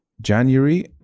January